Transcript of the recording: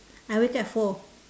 I wake up at four